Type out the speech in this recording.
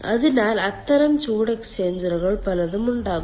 അതിനാൽ അത്തരം ചൂട് എക്സ്ചേഞ്ചറുകൾ പലതും ഉണ്ടാകും